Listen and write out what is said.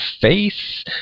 face